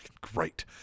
great